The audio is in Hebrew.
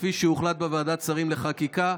כפי שהוחלט בוועדת שרים לחקיקה,